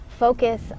focus